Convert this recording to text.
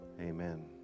Amen